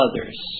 others